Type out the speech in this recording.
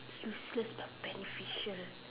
unless but beneficial